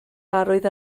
arwydd